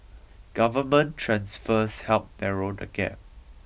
government transfers help narrow the gap